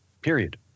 period